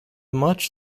much